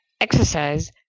exercise